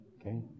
okay